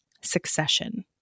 Succession